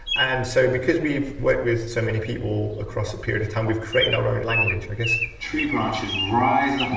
and so, because we've worked with so many people across a period of time, we've created our own language, i guess. cliptree branches rise